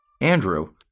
Andrew